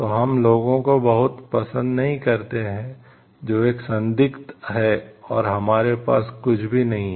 तो हम लोगों को बहुत पसंद नहीं करते हैं जो एक संदिग्ध है और हमारे पास कुछ भी नहीं है